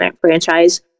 franchise